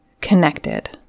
connected